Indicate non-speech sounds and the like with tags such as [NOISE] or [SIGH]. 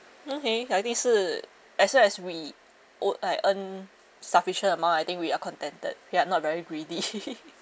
okay I think sh~ as long as we o~ like earn sufficient amount I think we are contented we are not very greedy [LAUGHS]